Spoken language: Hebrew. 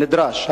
הנדרש,